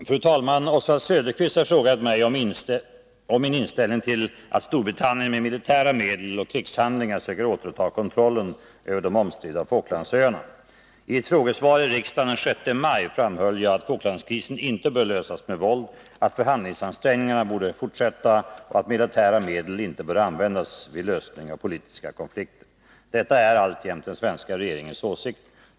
Fru talman! Oswald Söderqvist har frågat mig om min inställning till att Storbritannien med militära medel och krigshandlingar söker återta kontrollen över de omstridda Falklandsöarna. I ett frågesvar i riksdagen den 6 maj framhöll jag att Falklandskrisen inte bör lösas med våld, att förhandlingsansträngningarna borde fortsätta och att militära medel inte bör användas vid lösning av politiska konflikter. Detta är alltjämt den svenska regeringens åsikt.